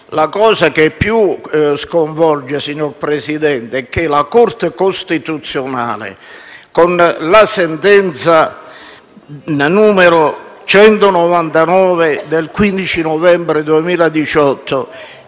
La cosa che più sconvolge, signor Presidente, è che la Corte costituzionale, con la sentenza n. 199 del 15 novembre 2018,